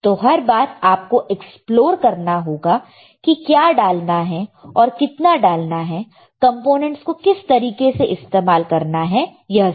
तो हर बार आपको एक्सप्लोर करना होगा कि क्या डालना है कितना डालना है कंपोनेंट्स को किस तरीके से इस्तेमाल करना है यह सब